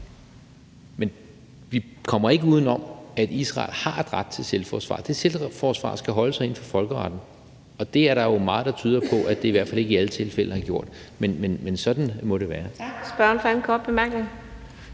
men vi kommer ikke uden om, at Israel har ret til selvforsvar. Det selvforsvar skal holde sig inden for folkeretten, og det er der jo meget der tyder på at det i hvert fald ikke i alle tilfælde har gjort. Men sådan må det være.